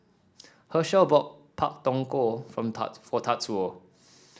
Hershell bought Pak Thong Ko from for Tatsuo